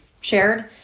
shared